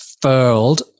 furled